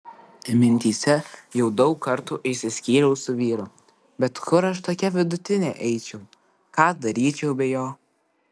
mintyse jau daug kartų išsiskyriau su vyru bet kur aš tokia vidutinė eičiau ką daryčiau be jo